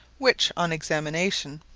which, on examination,